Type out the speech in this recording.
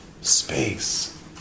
space